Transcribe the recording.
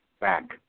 back